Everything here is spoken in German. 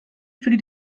für